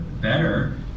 better